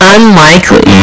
Unlikely